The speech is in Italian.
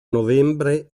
novembre